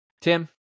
Tim